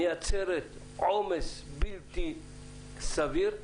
מייצרת עומס בלתי סביר,